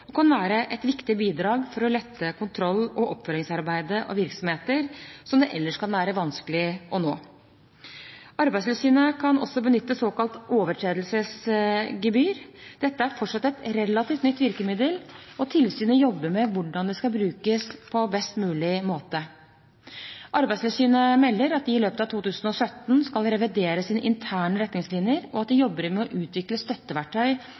og kan være et viktig bidrag for å lette kontrollen og oppfølgingsarbeidet av virksomheter som det ellers kan være vanskelig å nå. Arbeidstilsynet kan også benytte såkalt overtredelsesgebyr. Dette er fortsatt et relativt nytt virkemiddel, og tilsynet jobber med hvordan det skal brukes på best mulig måte. Arbeidstilsynet melder at de i løpet av 2017 skal revidere sine interne retningslinjer, og at de jobber med å utvikle støtteverktøy